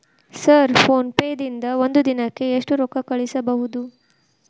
Sir PhonePe ದಿಂದ ಒಂದು ದಿನಕ್ಕೆ ಎಷ್ಟು ರೊಕ್ಕಾ ಕಳಿಸಬಹುದು?